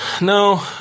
No